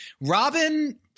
Robin